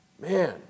Man